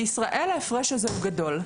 בישראל ההפרש הזה גדול,